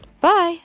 Bye